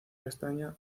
castaña